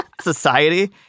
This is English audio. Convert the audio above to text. society